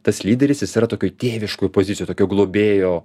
tas lyderis jis yra tokioj tėviškoj pozicijoj tokioj globėjo